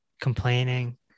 complaining